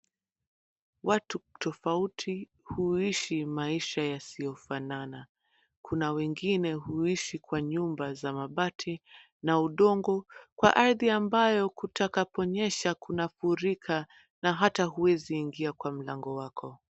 Watu tofauti huishi maisha yasiyofanana. Kuna wengine huishi kwa nyumba za mabati na udongo kwa ardhi ambayo kutakaponyesha kutafurika na hata huwezi ingia kwa mlango wako.